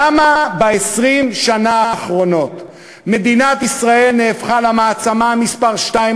למה ב-20 השנה האחרונות מדינת ישראל נהפכה למעצמה מספר שתיים,